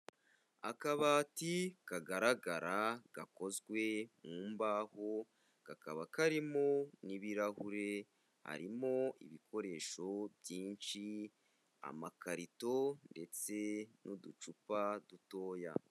Akabati kagaragara gakozwe mu mbaho kakaba karimo n'ibirahure, harimo ibikoresho byinshi amakarito ndetse n'uducupa dutoya.